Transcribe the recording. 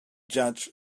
judge